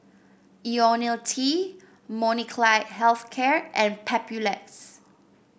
IoniL T Molnylcke Health Care and Papulex